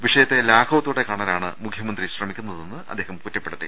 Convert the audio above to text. വിഷയത്തെ ലാഘവത്തോടെ കാണാ നാണ് മുഖ്യമന്ത്രി ശ്രമിക്കുന്നതെന്ന് അദ്ദേഹം കുറ്റപ്പെടുത്തി